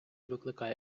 викликає